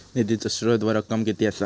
निधीचो स्त्रोत व रक्कम कीती असा?